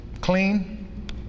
clean